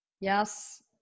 Yes